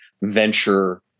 venture